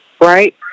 right